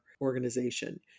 organization